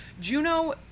Juno